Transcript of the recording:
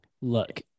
look